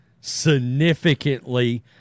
significantly